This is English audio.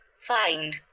find